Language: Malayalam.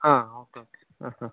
ആ ഓക്കെ ഓക്കെ ആ ആ